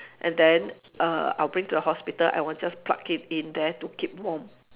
and then uh I'll bring to the hospital I will just plug it in there to keep warm